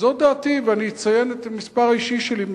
זאת דעתי, ואני מציין את המספר האישי שלי.